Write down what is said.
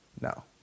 no